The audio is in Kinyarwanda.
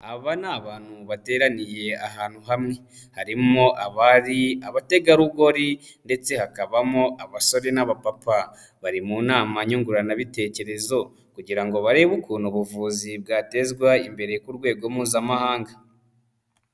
Aba ni abantu bateraniye ahantu hamwe harimo abari, abategarugori ndetse hakabamo abasore n'abapapa, bari mu nama nyunguranabitekerezo kugira ngo barebe ukuntu ubuvuzi bwatezwa imbere ku rwego Mpuzamahanga.